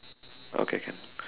okay